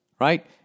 Right